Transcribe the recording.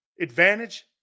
Advantage